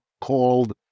called